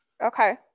Okay